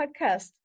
podcast